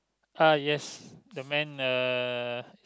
uh yes the man uh